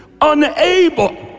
unable